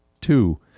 Two